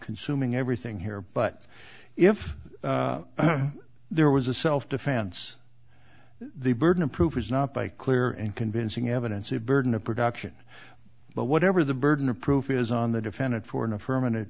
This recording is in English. consuming everything here but if there was a self defense the burden of proof is not by clear and convincing evidence the burden of production but whatever the burden of proof is on the defendant for an affirm